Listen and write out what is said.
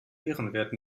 ehrenwert